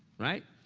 right?